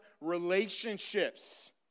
relationships